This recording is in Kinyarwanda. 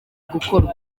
gukorwa